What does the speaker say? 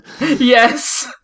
Yes